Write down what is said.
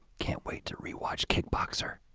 can't wait to re-watch kickboxer.